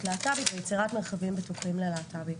להט"בית ויצירת מרחבים בטוחים ללהט"בים.